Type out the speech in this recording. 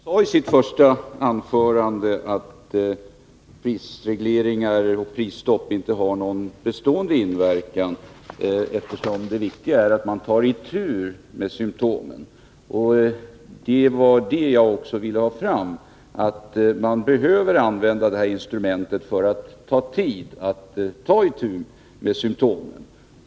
Herr talman! Lars Tobisson sade i sitt första anförande att prisregleringar och prisstopp inte har någon bestående inverkan, eftersom det viktiga är att man tar itu med symptomen. Det var detta också jag ville ha fram. Man behöver använda det här instrumentet för att få tid att ta itu med symptomen.